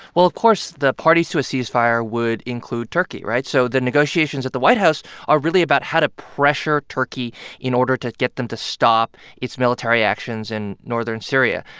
well, of course, the parties to a cease-fire would include turkey, right? so the negotiations at the white house are really about how to pressure turkey in order to get them to stop its military actions in northern syria.